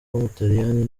w’umutaliyani